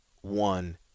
one